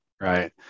right